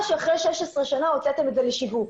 שמחה שאחרי 16 שנה הוצאתם את זה לשיווק.